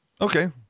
okay